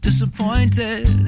Disappointed